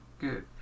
good